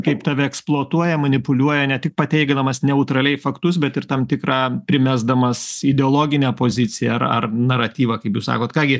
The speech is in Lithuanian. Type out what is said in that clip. kaip tave eksploatuoja manipuliuoja ne tik pateikdamas neutraliai faktus bet ir tam tikrą primesdamas ideologinę poziciją ar ar naratyvą kaip jūs sakot ką gi